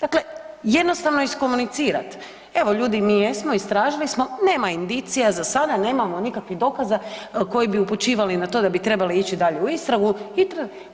Dakle, jednostavno iskomunicirati evo ljudi mi jesmo, istražili smo nema indicija za sada, nemamo nikakvih dokaza koji bi upućivali na to da bi trebali ići dalje u istragu,